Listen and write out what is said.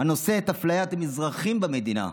את הנושא של אפליית המזרחים במדינה.